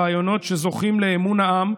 הרעיונות שזוכים לאמון העם,